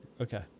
Okay